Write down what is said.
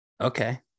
Okay